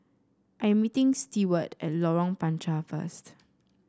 I am meeting Steward at Lorong Panchar first